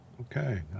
Okay